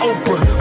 Oprah